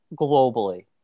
globally